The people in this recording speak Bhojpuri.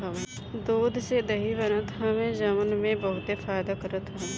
दूध से दही बनत हवे जवन की बहुते फायदा करत हवे